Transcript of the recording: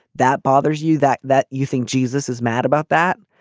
that bothers you that that you think jesus is mad about that.